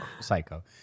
psycho